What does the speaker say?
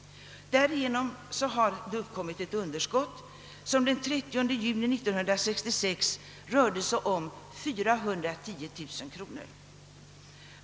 Därigenom har ett underskott upp kommit som den 30 juni 1966 rörde sig om 410 000 kronor.